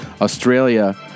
australia